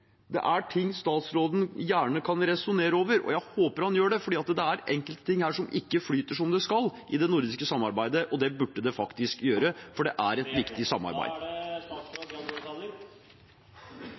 det er ting statsråden gjerne kan resonnere over, og jeg håper han gjør det, for det er enkelte ting her som ikke flyter som det skal, i det nordiske samarbeidet, og det burde det faktisk gjøre, for det er et viktig samarbeid.